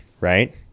right